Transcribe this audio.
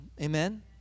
Amen